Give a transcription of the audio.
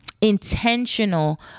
intentional